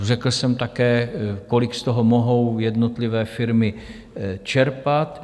Řekl jsem také, kolik z toho mohou jednotlivé firmy čerpat.